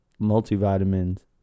multivitamins